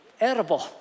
edible